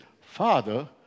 Father